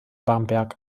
bamberg